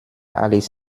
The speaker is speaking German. alles